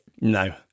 No